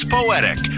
Poetic